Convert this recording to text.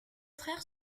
frères